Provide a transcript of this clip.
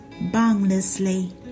boundlessly